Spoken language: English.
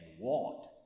want